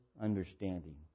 understanding